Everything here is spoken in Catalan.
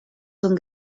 són